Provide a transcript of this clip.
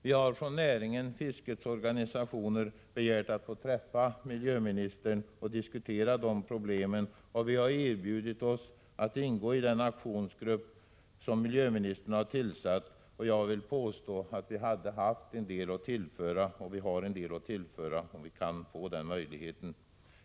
Vi har från fiskets organisationer begärt att få träffa miljöministern och diskutera dessa problem, och vi har erbjudit oss att ingå i den aktionsgrupp som miljöministern har tillsatt. Jag vill påstå att vi har en del att tillföra om vi kan få den möjligheten.